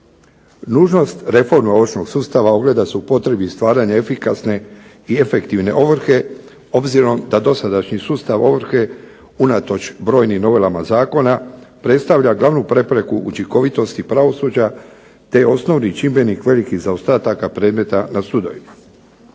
Nužnost reforme ovršnog sustava ogleda se u potrebi stvaranja efikasne i efektivne ovrhe obzirom da dosadašnji sustav ovrhe unatoč brojnim novelama zakona predstavlja glavnu prepreku učinkovitosti pravosuđa te je osnovni čimbenik velikih zaostataka predmeta na sudovima.